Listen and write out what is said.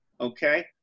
Okay